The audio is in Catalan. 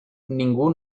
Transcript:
ningú